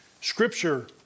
scripture